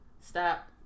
Stop